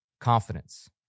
Confidence